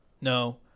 No